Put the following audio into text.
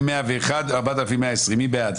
רעב.